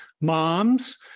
Mom's